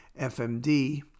FMD